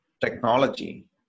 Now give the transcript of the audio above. technology